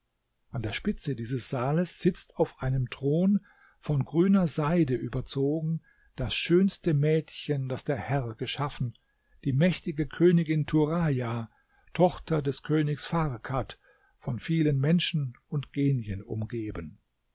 an der spitze dieses saales sitzt auf einem thron von grüner seide überzogen das schönste mädchen das der herr geschaffen die mächtige königin turaja tochter des königs farkad von vielen menschen und genien umgeben